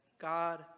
god